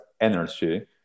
energy